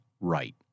right